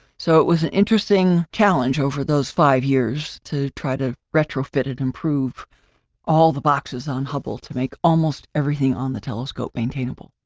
so, it was an interesting challenge over those five years to try to retrofitted improve all the boxes on hubble to make almost everything on the telescope maintainable.